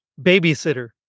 babysitter